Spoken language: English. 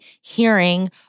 hearing